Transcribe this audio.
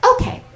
okay